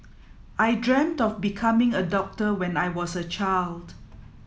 I dreamt of becoming a doctor when I was a child